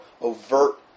overt